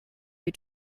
you